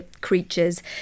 creatures